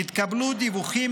נתקבלו דיווחים